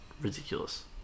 ridiculous